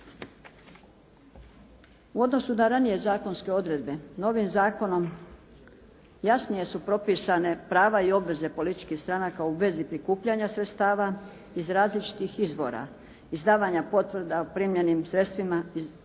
U odnosu na ranije zakonske odredbe novim zakonom jasnije su propisane prava i obveze političkih stranaka u vezi prikupljanja sredstava iz različitih izvora – izdavanja potvrda o primljenim sredstvima iz donacija